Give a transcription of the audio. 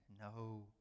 No